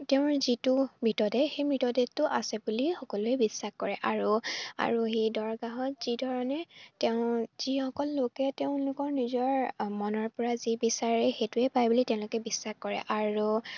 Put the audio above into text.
তেওঁৰ যিটো মৃতদেহ সেই মৃতদেহটো আছে বুলি সকলোৱে বিশ্বাস কৰে আৰু আৰু সেই দৰগাহত যিধৰণে তেওঁ যিসকল লোকে তেওঁলোকৰ নিজৰ মনৰ পৰা যি বিচাৰে সেইটোৱে পায় বুলি তেওঁলোকে বিশ্বাস কৰে আৰু